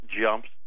jumps